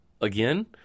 again